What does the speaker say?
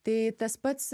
tai tas pats